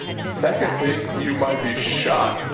second thing, you might be shocked,